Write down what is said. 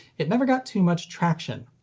it never got too much traction.